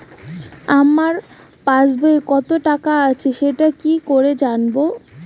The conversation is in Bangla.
আমার পাসবইয়ে কত টাকা আছে সেটা কি করে জানবো?